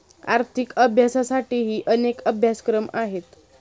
आर्थिक अभ्यासासाठीही अनेक अभ्यासक्रम आहेत